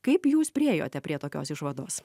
kaip jūs priėjote prie tokios išvados